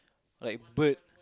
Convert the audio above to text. like bird